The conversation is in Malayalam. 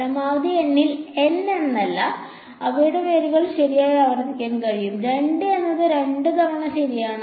പരമാവധി N ൽ N എന്നല്ല അവയ്ക്ക് വേരുകൾ ശരിയായി ആവർത്തിക്കാൻ കഴിയും 2 എന്നത് രണ്ടുതവണ ശരിയാണ്